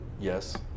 Yes